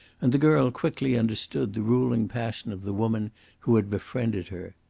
and the girl quickly understood the ruling passion of the woman who had befriended her.